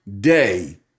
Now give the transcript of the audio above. day